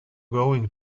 going